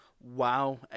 wow